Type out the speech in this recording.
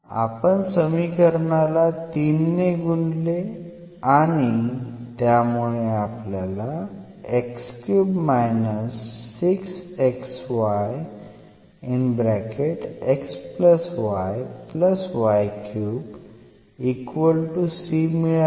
आपण समीकरणाला 3 ने गुणले आणि मिळाले